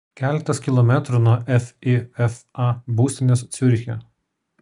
keletas kilometrų nuo fifa būstinės ciuriche